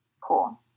Cool